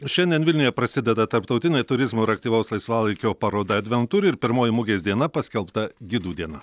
šiandien vilniuje prasideda tarptautinė turizmo ir aktyvaus laisvalaikio paroda adventur ir pirmoji mugės diena paskelbta gidų diena